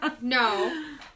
No